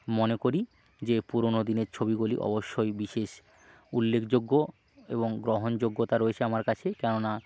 মনে করি যে পুরোনো দিনের ছবিগুলি অবশ্যই বিশেষ উল্লেখযোগ্য এবং গ্রহণ যোগ্যতা রয়েছে আমার কাছে কেননা